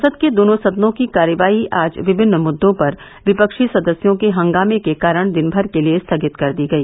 संसद के दोनों सदनों की कार्यवाही आज विभिन्न मुद्दों पर विपक्षी सदस्यों के हंगामे के कारण दिनभर के लिए स्थगित कर दी गई